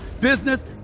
business